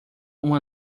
uma